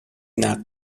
نقل